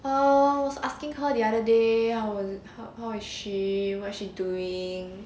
oh I was asking her the other day how was how how is she what she doing